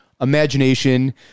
imagination